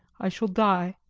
i shall die!